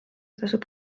tasub